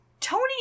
Tony